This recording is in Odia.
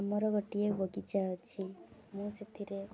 ଆମର ଗୋଟିଏ ବଗିଚା ଅଛି ମୁଁ ସେଥିରେ